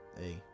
Hey